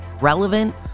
relevant